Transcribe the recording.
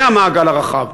זה המעגל הרחב.